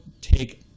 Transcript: take